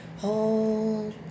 Hold